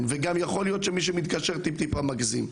וגם יכול להיות שמי שמתקשר טיפה מגזים,